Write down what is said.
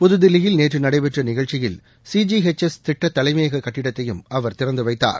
புதுதில்லியில் நேற்று நடைபெற்ற நிகழ்ச்சியில் சிஜிஎச்எஸ் திட்ட புதிய தலைமையக கட்டடத்தையும் அவர் திறந்து வைத்தார்